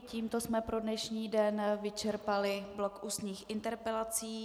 Tímto jsme pro dnešní den vyčerpali blok ústních interpelací.